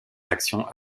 actions